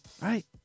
right